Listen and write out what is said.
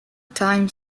time